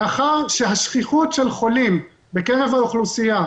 מאחר שהשכיחות של חולים בקרב האוכלוסייה,